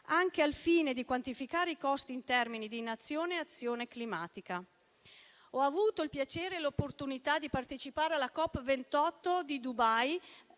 anche al fine di quantificare i costi in termini di inazione e azione climatica. Ho avuto il piacere e l'opportunità di partecipare alla COP28 di Dubai